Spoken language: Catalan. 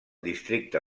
districte